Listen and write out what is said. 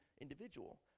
individual